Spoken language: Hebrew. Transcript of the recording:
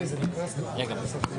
ננעלה